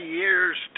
years